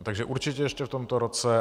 Takže určitě ještě v tomto roce.